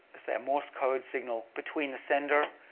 say, a morse code signal between the sender,